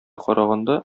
караганда